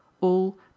All